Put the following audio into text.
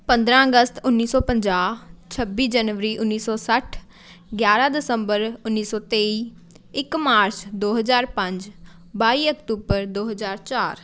ਪੰਦਰ੍ਹਾਂ ਅਗਸਤ ਉੱਨੀ ਸੌ ਪੰਜਾਹ ਛੱਬੀ ਜਨਵਰੀ ਉੱਨੀ ਸੌ ਸੱਠ ਗਿਆਰ੍ਹਾਂ ਦਸੰਬਰ ਉੱਨੀ ਸੌ ਤੇਈ ਇੱਕ ਮਾਰਚ ਦੋ ਹਜ਼ਾਰ ਪੰਜ ਬਾਈ ਅਕਤੂਬਰ ਦੋ ਹਜ਼ਾਰ ਚਾਰ